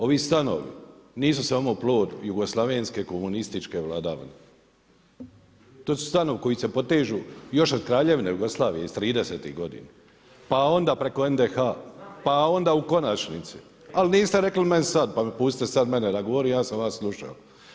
Ovi stanovi nisu samo plod jugoslavenske komunističke vladavine, to su stanovi koji se potežu još od Kraljevine Jugoslavije iz 30-ih godina, pa onda preko NDH-a, pa onda u konačnici, …… [[Upadica sa strane, ne razumije se.]] ali niste rekli meni sad, pa dopustite sad meni da govorim, ja sam vas slušao.